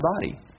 body